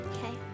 Okay